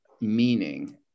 meaning